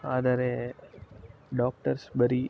ಆದರೆ ಡಾಕ್ಟರ್ಸ್ ಬರೀ